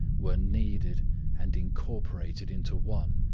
were kneaded and incorporated into one,